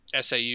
SAU